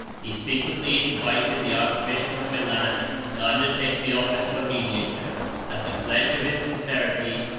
he secretly invited the archbishop of milan to undertake the office of a mediator as the pledge of his sincerity,